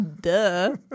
Duh